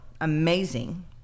amazing